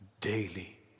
daily